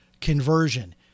conversion